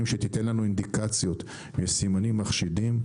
שתיתן לנו אינדיקציות לסימנים מחשידים,